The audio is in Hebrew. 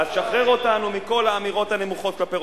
אז לא כל שכן הוא מרגיש פגוע.